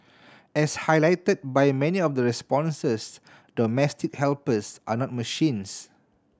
as highlighted by many of the responses domestic helpers are not machines